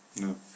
No